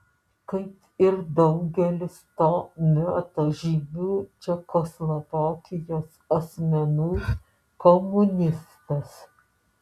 kaip ir daugelis to meto žymių čekoslovakijos asmenų komunistas